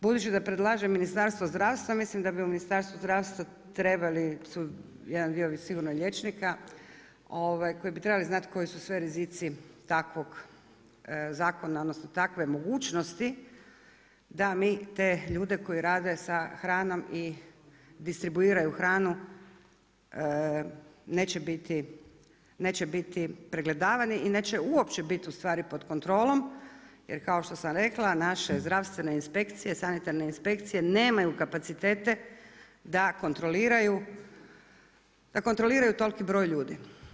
Budući da predlaže Ministarstvo zdravstva, mislim da bi u Ministarstvu zdravstva, trebali su jedan dio sigurno i liječnika, koji bi trebali znati koji su sve rizici takvog zakona, odnosno mogućnosti da mi te ljude koji rade sa hranom i distribuiraju hranu, neće biti pregledavani i neće biti uopće ustvari pod kontrolom, jer kao što sam rekla, naša je zdravstvena inspekcija, sanitarne inspekcije nemaju kapacitete da kontroliraju toliki broj ljudi.